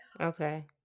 Okay